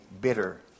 bitter